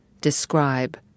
describe